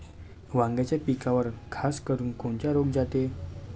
वांग्याच्या पिकावर खासकरुन कोनचा रोग जाते?